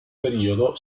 periodo